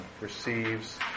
receives